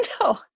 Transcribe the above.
No